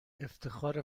افتخار